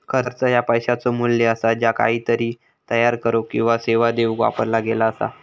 खर्च ह्या पैशाचो मू्ल्य असा ज्या काहीतरी तयार करुक किंवा सेवा देऊक वापरला गेला असा